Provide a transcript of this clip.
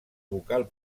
vocal